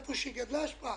היכן שגדל היקף האשפה,